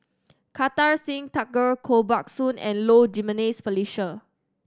Kartar Singh Thakral Koh Buck Song and Low Jimenez Felicia